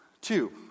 Two